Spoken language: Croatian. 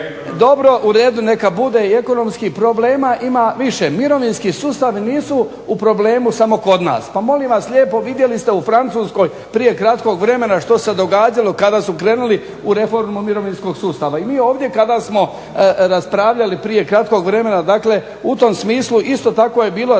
problem, neka bude i ekonomskih problema ima više. Mirovinski sustavi nisu u problemu samo kod nas, pa molim vas lijepo, vidjeli ste u Francuskoj prije kratko vremena što se događalo kada su krenuli u reformu mirovinskog sustava i mi ovdje kada smo raspravljali prije kratkog vremena i u tom smislu isto tako je bilo